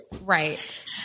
Right